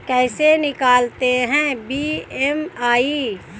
कैसे निकालते हैं बी.एम.आई?